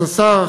כבוד השר,